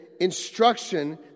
instruction